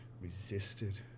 resisted